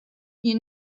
you